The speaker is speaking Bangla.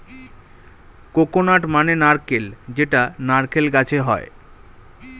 কোকোনাট মানে নারকেল যেটা নারকেল গাছে হয়